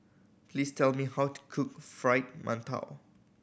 please tell me how to cook Fried Mantou